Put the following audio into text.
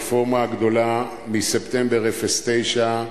הרפורמה הגדולה מספטמבר 2009,